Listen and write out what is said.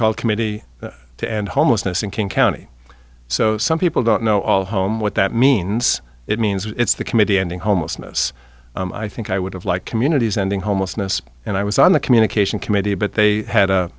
called committee to end homelessness in king county so some people don't know all home what that means it means it's the committee ending homelessness i think i would have liked communities ending homelessness and i was on the communication committee but they had a